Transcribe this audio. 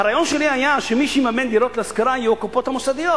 הרעיון שלי היה שמי שיממן דירות להשכרה יהיה הקופות המוסדיות,